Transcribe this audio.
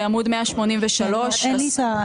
אז עכשיו השאלה שלי היא פשוט